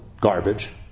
garbage